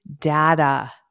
data